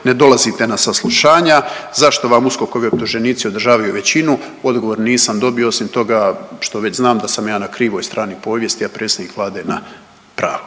ne dolazite na saslušanja, zašto vam USKOK-ovi optuženici održavaju većinu, odgovor nisam dobio osim toga što već znam da sam ja na krvoj strani povijesti, a predsjednik Vlade je na pravoj.